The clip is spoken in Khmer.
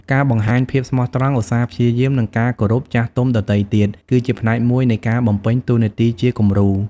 ការបង្ហាញភាពស្មោះត្រង់ ឧស្សាហ៍ព្យាយាម និងការគោរពចាស់ទុំដទៃទៀត គឺជាផ្នែកមួយនៃការបំពេញតួនាទីជាគំរូ។